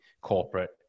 corporate